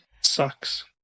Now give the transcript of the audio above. sucks